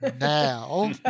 now